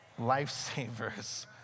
Lifesavers